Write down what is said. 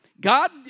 God